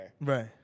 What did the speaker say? Right